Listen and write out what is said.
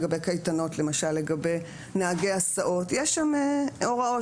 לגבי קייטנות או לגבי נהגי הסעות יש שם הוראות